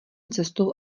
cestou